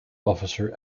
officer